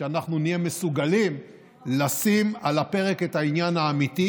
שאנחנו נהיה מסוגלים לשים על הפרק את העניין האמיתי,